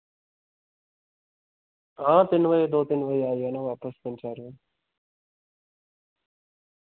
आं तीन बजे आई जाना बापस तीन बजे